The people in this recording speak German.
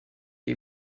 die